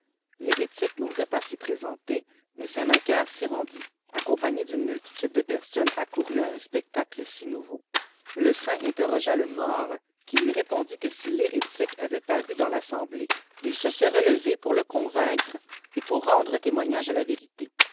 l'hérétique n'osa pas s'y présenter maïs saifii macaire s'y rendit accompagné d'une multitude de personnes aicourues à un spectacle si nouveau le saint interrogea le mort qui lui répondit fie si l'hérétique avait paru dans l'assemblée il se serait levé pour le convaincre et pour rendre témoignage à la vériiè